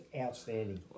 outstanding